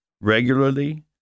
regularly